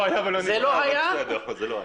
זה לא היה.